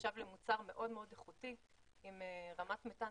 נחשב למוצר מאוד מאוד איכותי עם רמת מתאן